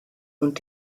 und